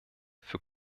für